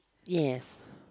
yes